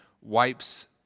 wipes